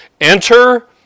enter